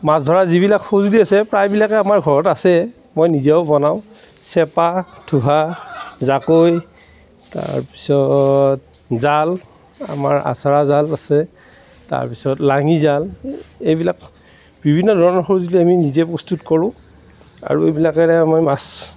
মাছ ধৰা যিবিলাক সঁজুলি আছে প্ৰায়বিলাকে আমাৰ ঘৰত আছে মই নিজেও বনাওঁ চেপা ঠুহা জাকৈ তাৰপিছত জাল আমাৰ আচাৰা জাল আছে তাৰপিছত লাঙিজাল এইবিলাক বিভিন্ন ধৰণৰ সঁজুলি আমি নিজে প্ৰস্তুত কৰোঁ আৰু এইবিলাকেৰে আমি মাছ